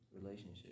relationship